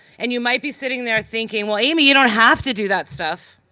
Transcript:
and you might be sitting there thinking, well, amy, you don't have to do that stuff.